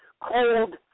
Cold